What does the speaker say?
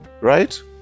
right